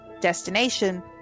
destination